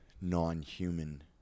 non-human